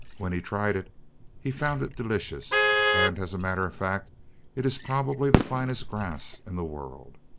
when he tried it he found it delicious, and as a matter of fact it is probably the finest grass in the world.